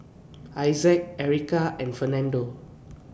Issac Ericka and Fernando